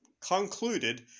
concluded